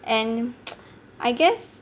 and I guess